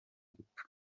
gupfa